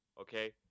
Okay